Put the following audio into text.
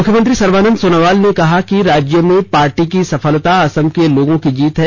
मुख्यमंत्री सर्बोनन्द सोनोवाल ने कहा है कि राज्य में पार्टी की सफलता असम के लोगों की जीत है